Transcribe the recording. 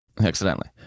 accidentally